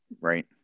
right